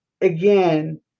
again